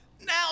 Now